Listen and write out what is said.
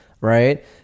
right